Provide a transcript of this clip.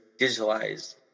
digitalized